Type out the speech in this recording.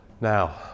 Now